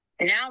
now